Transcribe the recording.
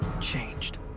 changed